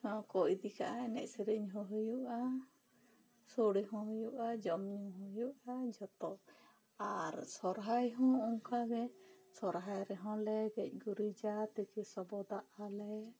ᱚᱱᱟ ᱦᱚᱠᱚ ᱤᱫᱤ ᱠᱟᱜᱼᱟ ᱮᱱᱮᱡ ᱥᱮᱨᱮᱧ ᱦᱚᱸ ᱦᱩᱭᱩᱜᱟ ᱥᱚᱲᱮ ᱦᱚᱸ ᱦᱩᱭᱩᱜᱼᱟ ᱡᱚᱢ ᱧᱩ ᱦᱚᱸ ᱦᱩᱭᱩᱜᱼᱟ ᱡᱚᱛᱚ ᱟᱨ ᱥᱚᱨᱦᱟᱭ ᱦᱚᱸ ᱚᱱᱠᱟ ᱜᱮ ᱥᱚᱨᱦᱟᱭ ᱨᱮᱦᱚᱸ ᱞᱮ ᱜᱮᱡ ᱜᱩᱨᱤᱡᱟ ᱛᱤᱠᱤ ᱥᱚᱵᱚᱫᱟᱜ ᱟᱞᱮ